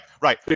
right